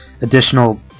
additional